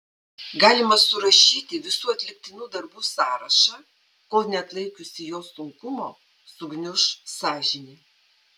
galima surašyti visų atliktinų darbų sąrašą kol neatlaikiusi jo sunkumo sugniuš sąžinė